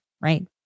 right